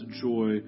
joy